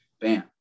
Bam